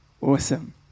Awesome